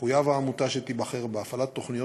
תחויב העמותה שתיבחר בהפעלת תוכניות